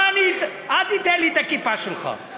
מה אני, אל תיתן לי את הכיפה שלך.